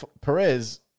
Perez